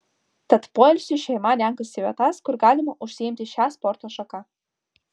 tad poilsiui šeima renkasi vietas kur galima užsiimti šia sporto šaka